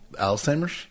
Alzheimer's